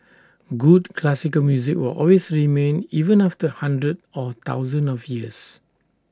good classical music will always remain even after hundreds or thousands of years